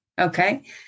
Okay